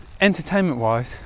entertainment-wise